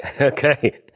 Okay